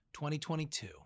2022